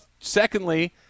secondly